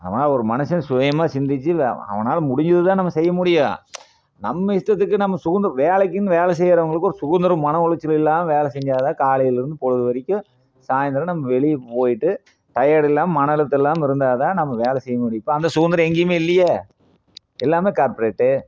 ஆமாம் ஒரு மனுஷன் சுயமாக சிந்திச்சி அவனால் முடிஞ்சது தான் நம்ம செய்ய முடியும் நம்ம இஷ்டத்துக்கு நம்ம சுகுந்த வேலைக்குனு வேலை செய்யறவுங்களுக்கு ஒரு சுதந்தரம் மன உளைச்சல் இல்லாமல் ஒரு வேலை செஞ்சா தான் காலையில் இருந்து பொழுது வரைக்கும் சாயந்தரம் நம்ம வெளியே போய்ட்டு டயடு இல்லாமல் மன அழுத்தம் இல்லாமல் இருந்தால் தான் நம்ம வேலை செய்ய முடியும் இப்போ அந்த சுதந்திரம் எங்கேயுமே இல்லையே எல்லாமே கார்ப்ரேட்டு